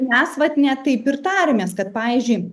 mes vat ne taip ir tarėmės kad pavyzdžiui